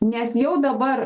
nes jau dabar